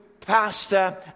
pastor